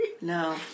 No